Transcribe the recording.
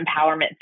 empowerment